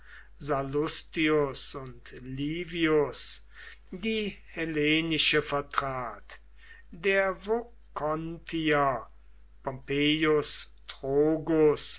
sallustius und livius die hellenische vertrat der vocontier